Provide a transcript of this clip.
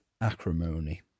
acrimony